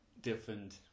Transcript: different